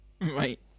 Right